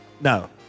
No